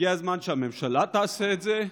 הגיע הזמן שהממשלה תעשה את זה,